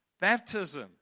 Baptism